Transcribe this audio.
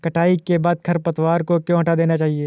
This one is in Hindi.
कटाई के बाद खरपतवार को क्यो हटा देना चाहिए?